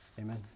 Amen